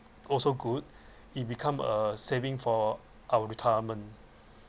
also good it become a saving for our retirement